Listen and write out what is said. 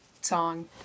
song